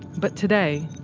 but today,